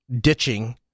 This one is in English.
ditching